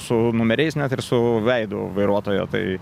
su numeriais net ir su veidu vairuotojo tai